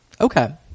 Okay